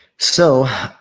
so,